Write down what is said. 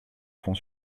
fond